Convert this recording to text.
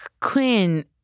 queen